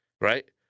right